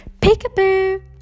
Peek-a-boo